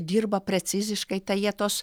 dirba preciziškai tai jie tuos